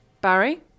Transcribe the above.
Barry